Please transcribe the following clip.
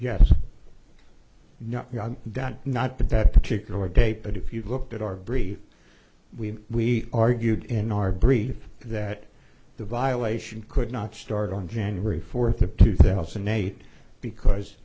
done not that that particular date but if you looked at our brief we argued in our brief that the violation could not start on january fourth of two thousand and eight because